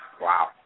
Wow